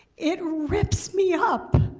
it rips me up.